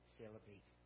celebrate